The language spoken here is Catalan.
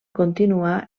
continuar